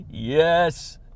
Yes